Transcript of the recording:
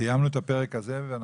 סיימנו את הפרק הזה.